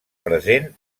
present